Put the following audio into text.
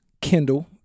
kindle